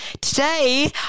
Today